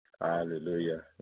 Hallelujah